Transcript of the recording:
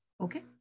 okay